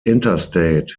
interstate